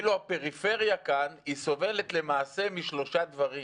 אילו הפריפריה כאן סובלת למעשה משלושה דברים.